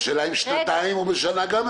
השאלה אם בשנתיים או בשנה גם אפשר.